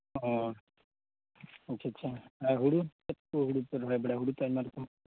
ᱚᱻ ᱟᱪᱪᱷᱟ ᱟᱪᱪᱷᱟ ᱟᱨ ᱦᱳᱲᱳ ᱪᱮᱫ ᱦᱳᱲᱳ ᱠᱚᱯᱮ ᱨᱚᱦᱚᱭ ᱵᱟᱲᱟᱭᱟ ᱦᱳᱲᱳ ᱛᱚ ᱟᱭᱢᱟ ᱨᱚᱠᱚᱢ